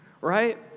right